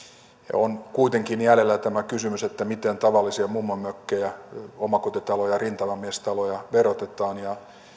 on kuitenkin jäljellä tämä kysymys miten tavallisia mummonmökkejä omakotitaloja rintamamiestaloja verotetaan ja